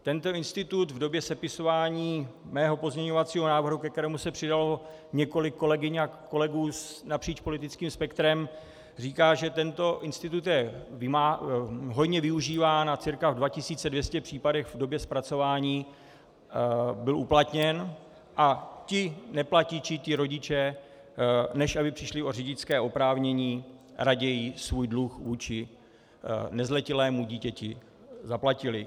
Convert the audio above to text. Tento institut v době sepisování mého pozměňovacího návrhu, ke kterému se přidalo několik kolegyň a kolegů napříč politickým spektrem, říká, že tento institut je hojně využíván a cca v 2200 případech v době zpracování byl uplatněn, a ti neplatiči, ti rodiče, než aby přišli o řidičské oprávnění, raději svůj dluh vůči nezletilému dítěti zaplatili.